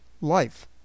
life